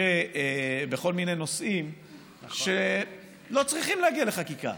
מיני נושאים שלא צריכים להגיע לחקיקה.